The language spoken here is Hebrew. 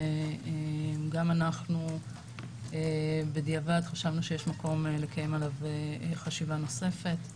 וגם אנחנו בדיעבד חשבנו שיש מקום לקיים עליו חשיבה נוספת.